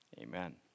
Amen